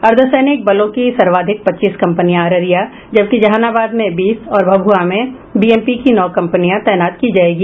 अर्द्वसैनिक बलों की सर्वाधिक पच्चीस कंपनियां अररिया जबकि जहानाबाद में बीस और भभुआ में बीएमपी की नौ कंपनियां तैनात की जायेगी